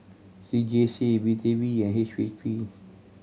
C J C B T B and H P B